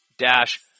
Dash